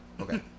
Okay